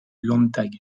landtag